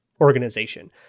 organization